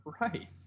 Right